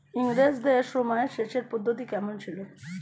ইঙরেজদের সময় সেচের পদ্ধতি কমন ছিল?